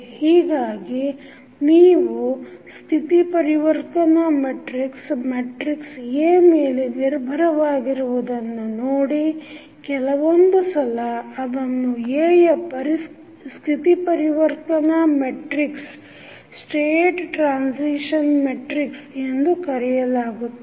ಹೀಗಾಗಿ ನೀವು ಸ್ಥಿತಿ ಪರಿವರ್ತನಾ ಮೆಟ್ರಿಕ್ಸ್ ಮ್ಯಾಟ್ರಿಕ್ಸ್A ಮೇಲೆ ನಿರ್ಭರವಾಗಿರುವುದನ್ನು ನೋಡಿ ಕೆಲವೊಂದು ಸಲ ಅದನ್ನು Aಯ ಸ್ಥಿತಿ ಪರಿವರ್ತನಾ ಮೆಟ್ರಿಕ್ಸ್ ಎಂದು ಕರೆಯಲಾಗುತ್ತದೆ